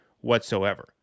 whatsoever